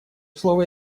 слово